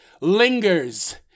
lingers